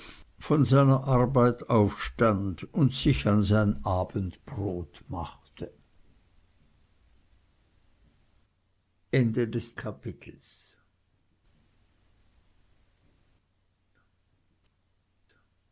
von seiner arbeit aufstand und sich an sein abendbrot machte achtes kapitel